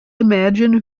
imagine